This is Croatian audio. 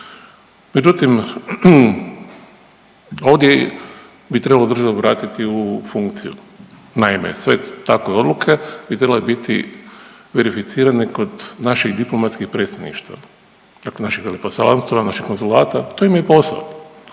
Međutim, ovdje bi trebalo državu vratiti u funkciju. Naime, sve takve odluke bi trebale biti verificirane kod naših diplomatskih predstavništava, dakle naših veleposlanstva, naših konzulata, to im je posao